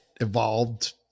evolved